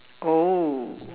oh